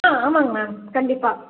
ஆ ஆமாம்ங்க மேம் கண்டிப்பாக